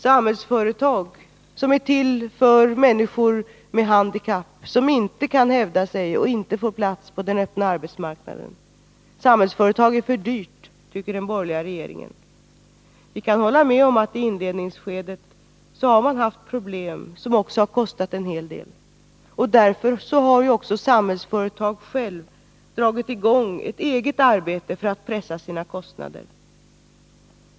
Samhällsföretag, som är till för människor med handikapp, människor som inte kan hävda sig och inte får plats på den öppna arbetsmarknaden, är för dyrt, tycker den borgerliga regeringen. Vi kan hålla med om att man i inledningsskedet har haft problem som också har kostat en hel del. Därför har också Samhällsföretag självt dragit i gång ett eget arbete för att pressa sina kostnader.